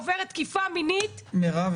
שעוברת תקיפה מינית --- מירב,